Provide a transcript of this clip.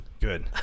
Good